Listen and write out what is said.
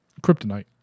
Kryptonite